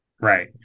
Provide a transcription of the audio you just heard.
right